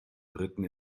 dritten